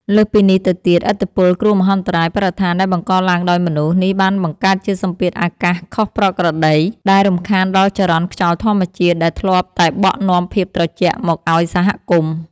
លើសពីនេះទៅទៀត ឥទ្ធិពល គ្រោះមហន្តរាយបរិស្ថានដែលបង្កឡើងដោយមនុស្ស នេះបានបង្កើតជាសម្ពាធអាកាសខុសប្រក្រតី ដែលរំខានដល់ចរន្តខ្យល់ធម្មជាតិដែលធ្លាប់តែបក់នាំភាពត្រជាក់មកឱ្យសហគមន៍។